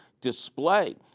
display